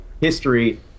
history